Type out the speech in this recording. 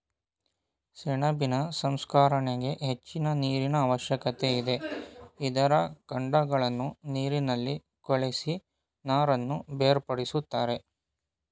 ಸೆಣಬಿನ ಸಂಸ್ಕರಣೆಗೆ ಹೆಚ್ಚಿನ ನೀರಿನ ಅವಶ್ಯಕತೆ ಇದೆ, ಇದರ ಕಾಂಡಗಳನ್ನು ನೀರಿನಲ್ಲಿ ಕೊಳೆಸಿ ನಾರನ್ನು ಬೇರ್ಪಡಿಸುತ್ತಾರೆ